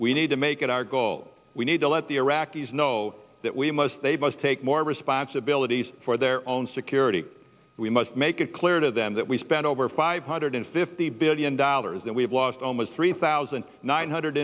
we need to make it our goal we need to let the iraqis know that we must they must take more responsibilities for their own security we must make it clear to them that we spent over five hundred fifty billion dollars that we have lost almost three thousand nine hundred